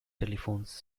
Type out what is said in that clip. telephones